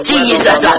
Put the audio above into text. Jesus